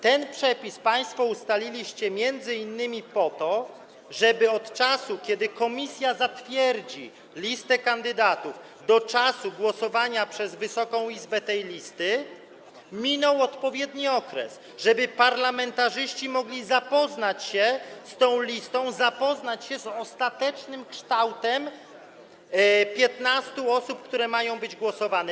Ten przepis państwo ustaliliście m.in. po to, żeby od czasu, kiedy komisja zatwierdzi listę kandydatów, do czasu głosowania przez Wysoką Izbę nad tą listą minął odpowiedni okres, żeby parlamentarzyści mogli zapoznać się z tą listą, zapoznać się z ostatecznym kształtem listy 15 osób, w sprawie których ma odbyć się głosowanie.